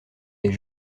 des